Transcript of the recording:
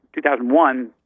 2001